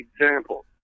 example